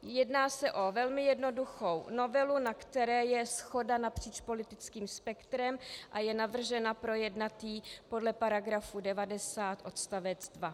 Jedná se o velmi jednoduchou novelu, na které je shoda napříč politickým spektrem, a je navrženo projednat ji podle § 90 odst. 2.